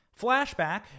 Flashback